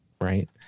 right